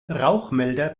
rauchmelder